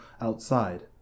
outside